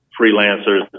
freelancers